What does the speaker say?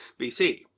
BC